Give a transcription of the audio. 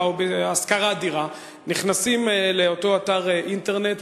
או בהשכרת דירה נכנסים לאותו אתר אינטרנט,